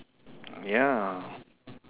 ya